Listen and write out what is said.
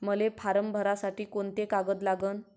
मले फारम भरासाठी कोंते कागद लागन?